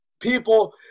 People